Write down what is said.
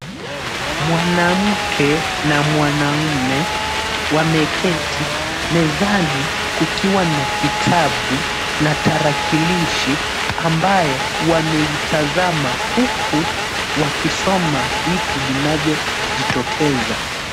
Mwanamke na mwanaume wameketi mezani kukiwa na kitabu na tarakilishi ambayo wameitazama huku wakisoma vitu vinavyojitokeza.